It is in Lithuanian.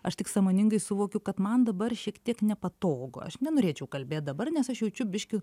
aš tik sąmoningai suvokiu kad man dabar šiek tiek nepatogu aš nenorėčiau kalbėt dabar nes aš jaučiu biškį